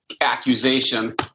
accusation